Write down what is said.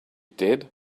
did